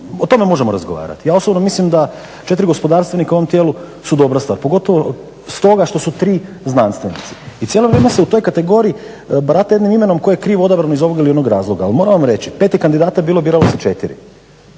o tome možemo razgovarati. Ja osobno mislim da 4 gospodarstvenika u ovom tijelu su dobra stvar, pogotovo stoga što su 3 znanstvenici. I cijelo vrijeme se u toj kategoriji barata jednim imenom koje je krivo odabrano iz ovog ili onog razloga. Ali moram vam reći 5 je kandidata bilo, biralo se 4.